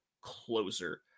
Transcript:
closer